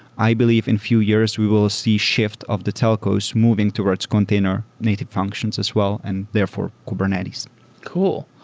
i believe in few years we will see shift of the telcos moving towards container native functions as well, and therefore kubernetes cool.